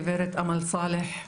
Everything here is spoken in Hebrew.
גברת אמאל סאלח.